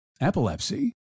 epilepsy